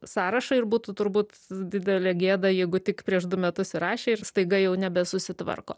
sąrašą ir būtų turbūt didelė gėda jeigu tik prieš du metus įrašė ir staiga jau nebesusitvarko